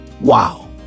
Wow